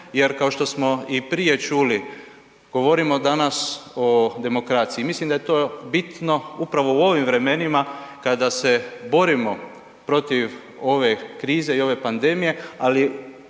jer kao što smo i prije čuli, govorimo danas o demokraciji. Mislim da je to bitno upravo u ovim vremenima kada se borimo protiv ove krize i ove pandemije, ali